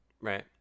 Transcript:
Right